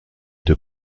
deux